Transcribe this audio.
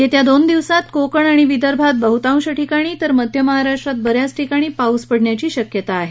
येत्या दोन दिवसात कोकण आणि विदर्भात बहुतांश ठिकाणी तर मध्य महाराष्ट्रात ब याच ठिकाणी पाऊस पडण्याची शक्यता आहे